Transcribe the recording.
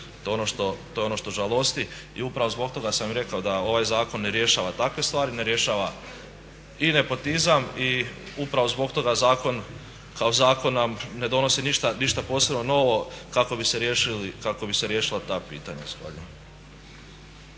To je ono što žalosti. I upravo zbog toga sam i rekao da ovaj zakon ne rješava takve stvari, ne rješava i nepotizam i upravo zbog toga zakon kao zakon nam ne donosi ništa posebno novo kako bi se riješila ta pitanja.